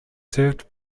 served